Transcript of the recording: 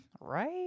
Right